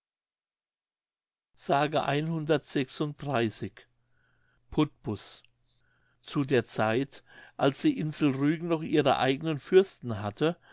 putbus zu der zeit als die insel rügen noch ihre eigenen fürsten hatte